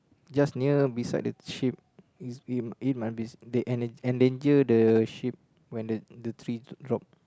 just near beside the ship it's it must be they endanger the ship when the the tree drop